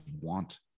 want